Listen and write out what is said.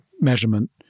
measurement